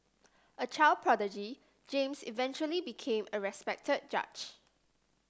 a child prodigy James eventually became a respected judge